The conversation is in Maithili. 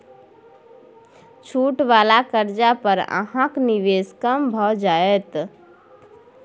छूट वला कर्जा पर अहाँक निवेश कम भए जाएत